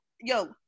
Yo